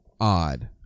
Odd